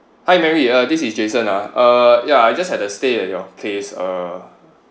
hi mary uh this is jason ah uh yeah I just had to stay at your place uh